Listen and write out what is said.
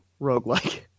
roguelike